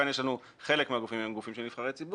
כאן חלק מהגופים הם גופים של נבחרי ציבור